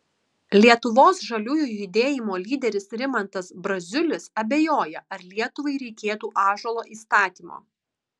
lietuvos žaliųjų judėjimo lyderis rimantas braziulis abejoja ar lietuvai reikėtų ąžuolo įstatymo